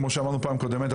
כמו שאמרנו בפעם הקודמת,